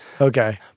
Okay